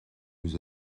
nous